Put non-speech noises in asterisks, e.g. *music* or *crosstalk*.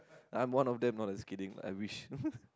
I'm one of them no lah just kidding I wish *laughs*